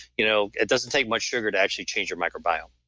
you know it doesn't take much sugar to actually change your microbiome